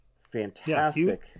fantastic